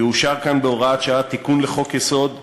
יאושר כאן בהוראת שעה תיקון לחוק-יסוד שחוקק,